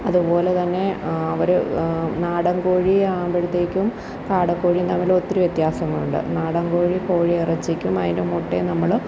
അതുപോലെതന്നെ അവർ നാടൻ കോഴി ആകുമ്പോഴത്തേക്കും കാടക്കോഴിയും തമ്മിൽ ഒത്തിരി വ്യത്യാസമുണ്ട് നാടൻകോഴി കോഴിയിറച്ചിക്കും അതിൻ്റെ മുട്ടയും നമ്മൾ